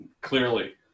clearly